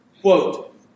quote